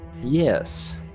yes